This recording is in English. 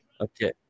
Okay